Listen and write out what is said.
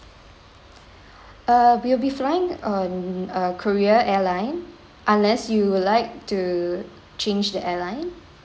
err we'll be flying um uh korea airline unless you would like to change the airline